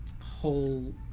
whole